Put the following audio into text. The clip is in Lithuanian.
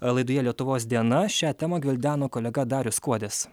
laidoje lietuvos diena šią temą gvildeno kolega darius kuodis